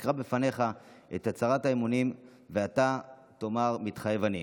אקרא בפניך את הצהרת האמונים ואתה תאמר "מתחייב אני".